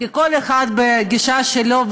כי כל אחד בגישה שלו,